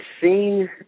seen